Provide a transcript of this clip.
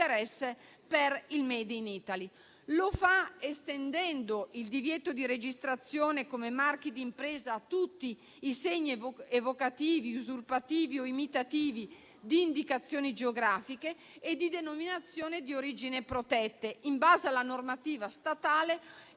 interesse per il *made in Italy*. Lo fa estendendo il divieto di registrazione come marchi di impresa a tutti i segni evocativi, usurpativi o imitativi di indicazioni geografiche e di denominazioni di origine protetta in base alla normativa statale